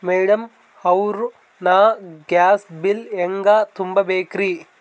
Madam ಅವ್ರ, ನಾ gas bill ಹೆಂಗ ತುಂಬಾ ಬೇಕ್ರಿ?